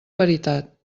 veritat